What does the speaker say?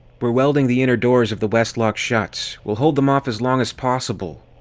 we're welding the inner doors of the west lock shut. we'll hold them off as long as possible.